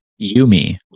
Yumi